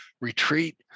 retreat